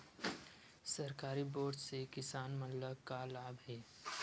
सरकारी बोर से किसान मन ला का लाभ हे?